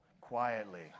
quietly